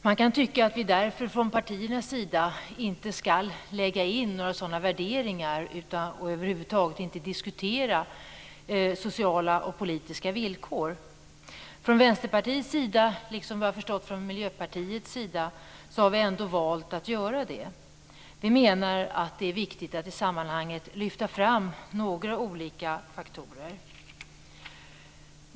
Man kan tycka att vi från partiernas sida inte skall lägga in några sådana värderingar och över huvud taget inte diskutera sociala och politiska villkor. Från Vänsterpartiets sida, liksom såvitt jag har förstått från Miljöpartiets sida, har vi ändå valt att göra det. Vi menar att det är viktigt att i sammanhanget lyfta fram några olika faktorer.